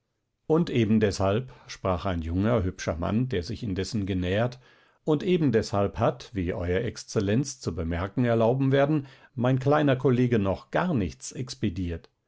und ebendeshalb sprach ein junger hübscher mann der sich indessen genähert und ebendeshalb hat wie ew exzellenz zu bemerken erlauben werden mein kleiner kollege noch gar nichts expediert